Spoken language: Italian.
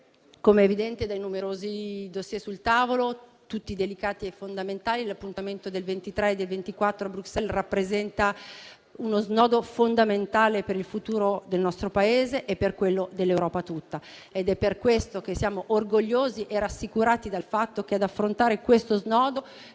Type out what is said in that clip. come è evidente dai numerosi *dossier* sul tavolo, tutti delicati e fondamentali, l'appuntamento del 23 e del 24 a Bruxelles, rappresenta uno snodo fondamentale per il futuro del nostro Paese e per quello dell'Europa tutta. È per questo che siamo orgogliosi e rassicurati dal fatto che ad affrontare questo snodo